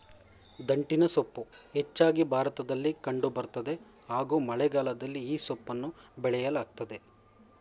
ದಂಟಿನಸೊಪ್ಪು ಹೆಚ್ಚಾಗಿ ಭಾರತದಲ್ಲಿ ಕಂಡು ಬರ್ತದೆ ಹಾಗೂ ಮಳೆಗಾಲದಲ್ಲಿ ಈ ಸೊಪ್ಪನ್ನ ಬೆಳೆಯಲಾಗ್ತದೆ